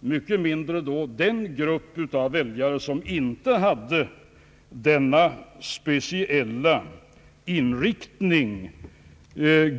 Så mycket mindre överraskande är det då att den grupp väljare, som inte hade samma speciella inriktning